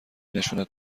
نشونت